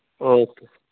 okay